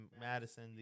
Madison